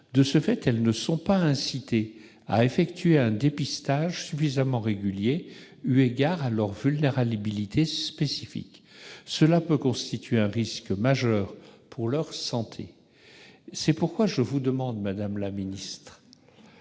De ce fait, elles ne sont pas incitées à effectuer un dépistage suffisamment régulier, eu égard à leur vulnérabilité spécifique. Cela peut constituer un risque majeur pour leur santé. C'est pourquoi je vous demande, madame la secrétaire